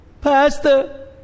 Pastor